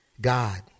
God